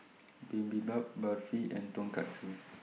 Bibimbap Barfi and Tonkatsu